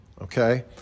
Okay